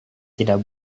tidak